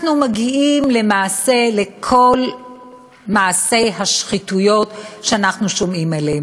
אנחנו מגיעים למעשה לכל מעשי השחיתויות שאנחנו שומעים עליהם.